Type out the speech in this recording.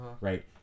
Right